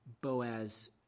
Boaz